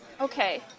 Okay